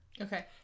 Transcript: Okay